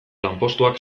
lanpostuak